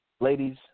ladies